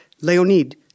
Leonid